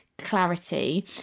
Clarity